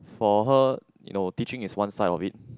for her you know teaching is one side of it